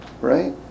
Right